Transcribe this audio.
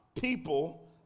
people